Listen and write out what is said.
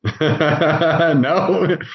no